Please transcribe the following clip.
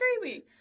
crazy